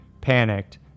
Panicked